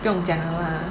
不用讲 liao lah